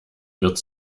wird